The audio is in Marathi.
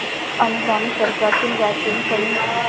अनुदानित कर्जातील व्याजही कमी होते